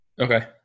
Okay